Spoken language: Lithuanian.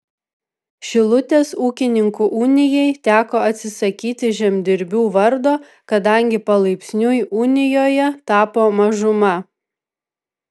šilutės ūkininkų unijai teko atsisakyti žemdirbių vardo kadangi palaipsniui unijoje tapo mažuma